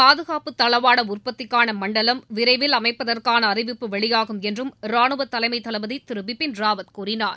பாதுகாப்பு தளவாட உற்பத்திக்கான மண்டலம் விரைவில் அமைப்பதற்கான அறிவிப்பு வெளியாகும் என்றும் ராணுவ தலைமைத் தளபதி திரு பிபின் ராவத் கூறினார்